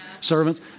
servants